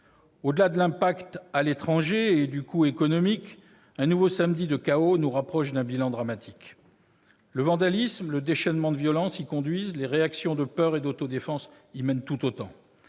Au-delà de l'impact à l'étranger et du coût économique, un nouveau samedi de chaos nous rapproche d'un bilan dramatique. Le vandalisme, le déchaînement de violences y conduisent. Les réactions de peur et d'autodéfense y mènent tout autant.